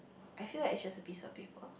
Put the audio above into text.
I feel like it's just a piece of paper